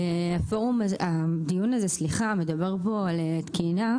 הדיון הזה מדבר פה על תקינה,